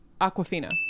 Aquafina